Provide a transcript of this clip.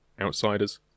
outsiders